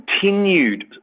continued